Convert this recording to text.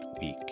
week